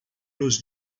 nos